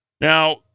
Now